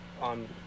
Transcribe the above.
on